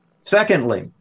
Secondly